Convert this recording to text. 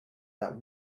that